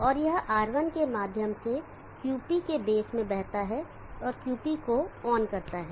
और यह R1 के माध्यम से QP के बेस में बहता है और QP को ऑन करता है